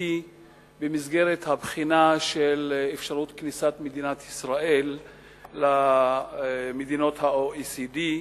במסגרת הבחינה של אפשרות כניסת מדינת ישראל למדינות ה-OECD,